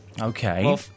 okay